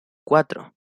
cuatro